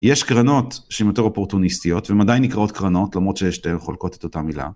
יש קרנות שהן יותר אופורטוניסטיות ומדי נקראות קרנות למרות שיש שתי חולקות את אותה מילה.